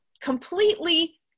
completely